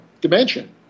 dimension